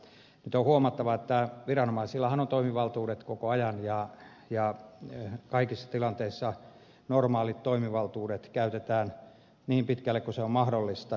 nyt on huomattava että viranomaisillahan on toimivaltuudet koko ajan ja kaikissa tilanteissa käytetään normaaleja toimivaltuuksia niin pitkälle kuin se on mahdollista